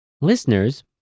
Listeners